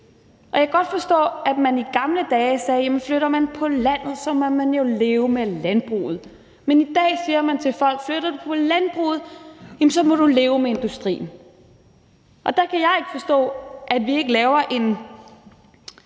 Og jeg kan godt forstå, at man i gamle dage sagde: Jamen flytter man på landet, så må man jo leve med landbruget. Men i dag siger man til folk: Flytter du på landet, jamen så må du leve med industrien. Og der kan jeg i virkeligheden ikke forstå, at vi ikke laver en